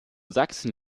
sachsen